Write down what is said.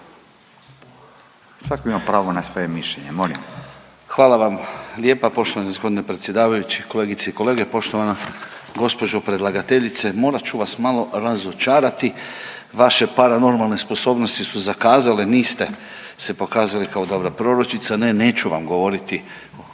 Svak ima pravo na svoje mišljenje molim. **Dretar, Davor (DP)** Hvala vam lijepa poštovani gospodine predsjedavajući. Kolegice i kolege, poštovana gospođo predlagateljice morat ću vas malo razočarati, vaše paranormalne sposobnosti su zakazale, niste se pokazali kao dobra proročnica. Ne, ne neću vam govoriti